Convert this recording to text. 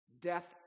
Death